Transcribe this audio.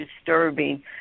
disturbing